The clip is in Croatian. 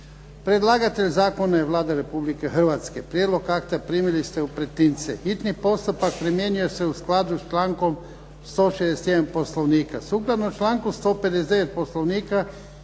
Predlagatelj zakona je Vlada Republike Hrvatske. Prijedlog akta primili ste u pretince. Hitni postupak primjenjuje se u skladu s člankom 161. Poslovnika. Sukladno članku 159. Poslovnika